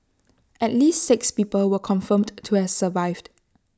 at least six people were confirmed to have survived